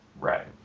Right